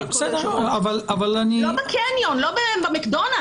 לא בקניון, עם כל הכבוד.